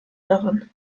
daran